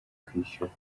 kwishyura